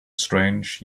strange